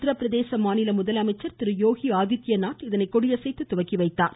உத்தரபிரதேச மாநில முதலமைச்சர் திரு யோகி ஆதித்யநாத் இதனை கொடியசைத்து தொடங்கி வைத்தார்